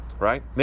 right